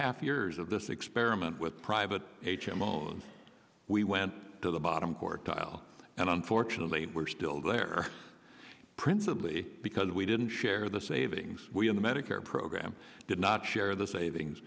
half years of this experiment with private h m o we went to the bottom court trial and unfortunately we're still there principally because we didn't share the savings we in the medicare program did not share the savings